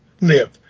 live